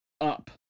up